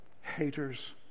haters